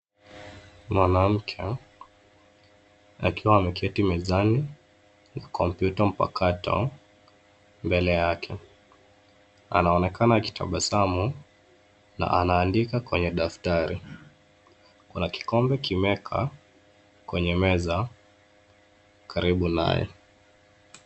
Mwanamke, akiwa ameketi mezani, na kompyuta mpakato, mbele yake. Anaonekana akitabasamu, na anaandika kwenye daftari. Kuna kikombe kimeekwa, kwenye meza, karibu naye.